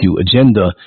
agenda